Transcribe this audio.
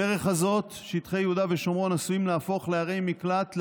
בדרך הזאת שטחי יהודה ושומרון עשויים להפוך לערי מקלט לעבריינים,